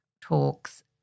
talks